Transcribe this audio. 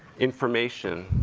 information,